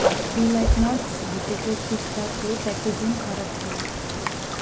delight nuts भुटेको पिस्ताको packaging खराब थियो